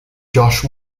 josh